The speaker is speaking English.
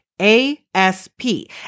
A-S-P